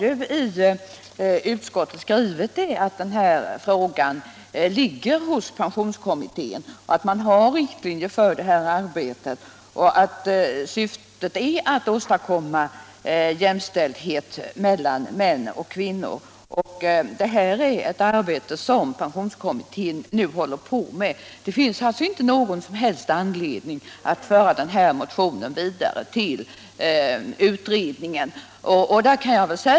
Utskottet har skrivit att frågan ligger hos pensionskommittén, att det finns riktlinjer för arbetet och att syftet är att åstadkomma jämställdhet mellan män och kvinnor. Pensionskommittén håller på med sitt arbete, och det finns inte någon som helst anledning att föra motionen av fröken Öhrsvik m.fl. vidare till kommittén.